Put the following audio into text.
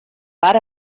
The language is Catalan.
mar